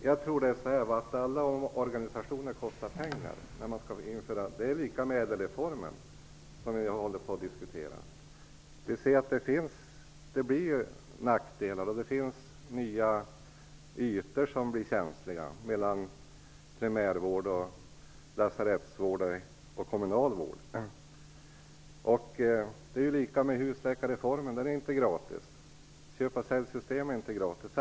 Herr talman! Alla omorganisationer kostar pengar. Det är samma sak med ÄDEL-reformen, som vi håller på att diskutera. Det blir nackdelar, och det skapas nya ytor mellan primärvård, lasarettsvård och kommunal vård som blir känsliga. Det är samma sak med husläkarreformen. Den är inte gratis. Köp och säljsystem är inte gratis.